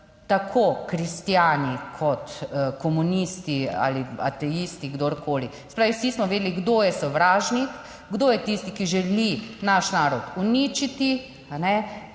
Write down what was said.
tako kristjani kot komunisti ali ateisti, kdorkoli. Se pravi vsi smo vedeli kdo je sovražnik, kdo je tisti, ki želi naš narod uničiti